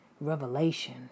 revelation